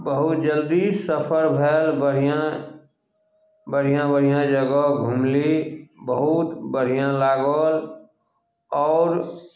बहुत जल्दी सफर भेल बढ़िआँ बढ़िआँ बढ़िआँ जगह घुमली बहुत बढ़िआँ लागल आओर